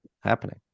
happening